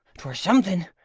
twere something.